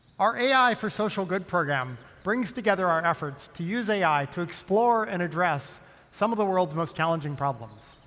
our ai for social good program brings together our and efforts to use ai to explore and address some of the world's most challenging problems.